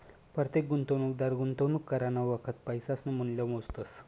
परतेक गुंतवणूकदार गुंतवणूक करानं वखत पैसासनं मूल्य मोजतस